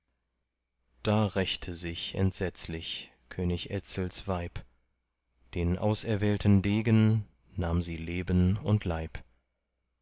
da rächte sich entsetzlich könig etzels weib den auserwählten degen nahm sie leben und leib